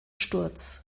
sturz